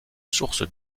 source